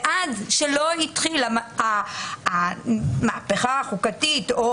עד שלא התחילה המהפכה החוקתית או